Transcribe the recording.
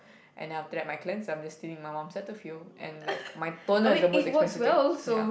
and then after that my cleanser I'm just stealing my mum's Cetaphil and like my toner is the most expensive thing ya